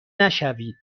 نشوید